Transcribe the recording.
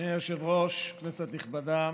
אדוני היושב-ראש, כנסת נכבדה,